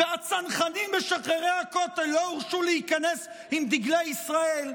והצנחנים משחררי הכותל לא הורשו להיכנס עם דגלי ישראל,